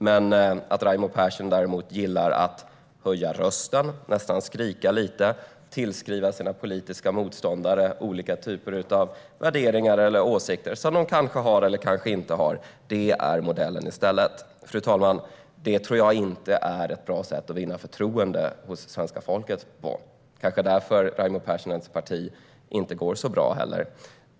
Däremot gillar Raimo Pärssinen att höja rösten, nästan skrika lite, och tillskriva sina politiska motståndare olika typer av värderingar eller åsikter som de kanske har eller inte har - det är modellen i stället. Fru talman! Det tror jag inte är ett bra sätt att vinna förtroende hos svenska folket på. Det är kanske därför som det inte går så bra för Raimo Pärssinens parti heller.